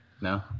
No